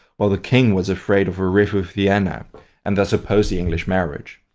while the king was afraid of a rift with vienna and thus opposed the english marriage.